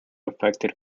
affected